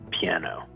piano